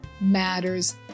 matters